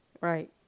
Right